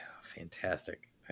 fantastic